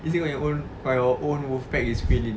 is it your own your own wolf pack is filin